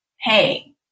hey